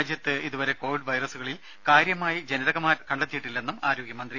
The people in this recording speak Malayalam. രാജ്യത്ത് ഇതുവരെ കോവിഡ് വൈറസുകളിൽ കാര്യമായി ജനിതകമാറ്റം കണ്ടെത്തിയിട്ടില്ലെന്നും ആരോഗ്യ മന്ത്രി